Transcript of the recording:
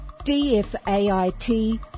DFAIT